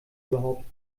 überhaupt